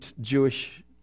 Jewish